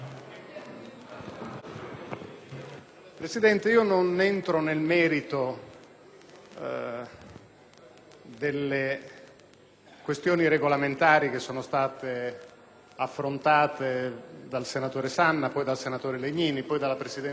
Presidente, non entro nel merito delle questioni regolamentari che sono state affrontate dal senatore Sanna, dal senatore Legnini e poi dalla presidente Finocchiaro,